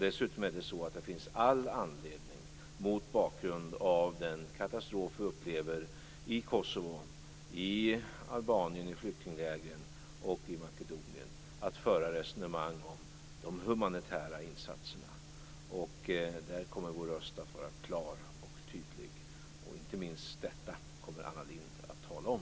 Dessutom finns det all anledning, mot bakgrund av den katastrof vi upplever i Kosovo, i flyktinglägren i Albanien och i Makedonien, att föra resonemang om de humanitära insatserna. Där kommer vår röst att vara klar och tydlig. Inte minst detta kommer Anna Lindh att tala om.